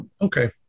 Okay